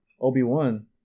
Obi-Wan